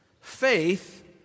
faith